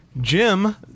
Jim